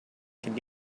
could